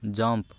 jump